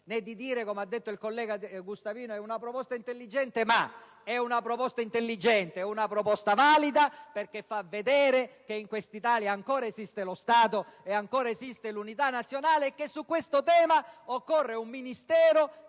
né di dire, come il senatore Gustavino, «è una proposta intelligente, ma..»: è una proposta intelligente, è una proposta valida, perché fa vedere che in questa Italia ancora esistono lo Stato e l'unità nazionale, e che su questo tema occorre un Ministero